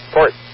Port